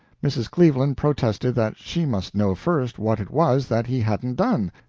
mrs. cleveland protested that she must know first what it was that he hadn't done,